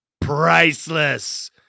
priceless